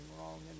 wrong